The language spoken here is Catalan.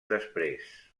després